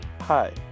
Hi